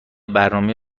برنامه